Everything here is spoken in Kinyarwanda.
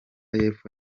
y’epfo